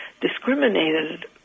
discriminated